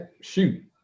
shoot